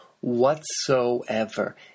whatsoever